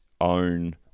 own